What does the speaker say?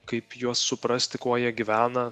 kaip juos suprasti kuo jie gyvena